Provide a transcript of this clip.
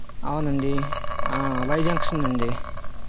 అవునండి ఆ Y junction అండి